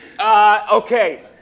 okay